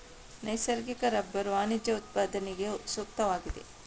ನೈಸರ್ಗಿಕ ರಬ್ಬರು ವಾಣಿಜ್ಯ ಉತ್ಪಾದನೆಗೆ ಸೂಕ್ತವಾಗಿದೆ